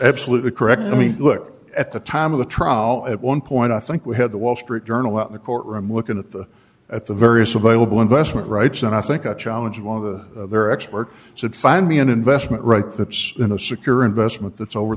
absolutely correct i mean look at the time of the trial at one point i think we had the wall street journal at the courtroom looking at the at the various available investment rights and i think i challenged one of the their expert subsite me an investment right that's in a secure investment that's over